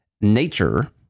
Nature